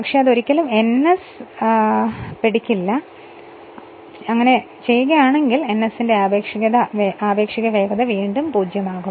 പക്ഷേ അത് ഒരിക്കലും ns പിടിക്കില്ല ns പിടിക്കുകയാണെങ്കിൽ n ന്റെ ആപേക്ഷിക വേഗത പിന്നീട് 0 ആകും